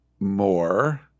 more